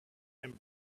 and